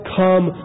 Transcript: come